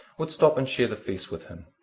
would stop and share the feast with him,